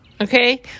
Okay